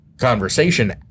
conversation